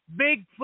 Bigfoot